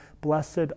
Blessed